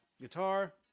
guitar